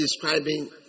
describing